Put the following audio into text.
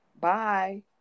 Bye